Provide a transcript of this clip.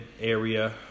area